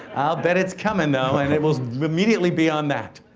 bet it's coming, though and it was immediately beyond that.